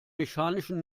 mechanischen